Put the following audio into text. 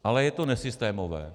Ale je to nesystémové.